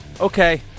Okay